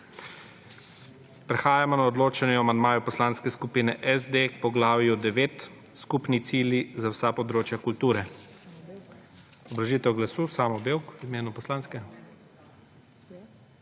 Prehajamo na odločanje o amandmaju Poslanske skupine SD k poglavju 9 – skupni cilji za vsa področja kulture. Obrazložitev glasu, Samo Bevk, v imenu poslanske.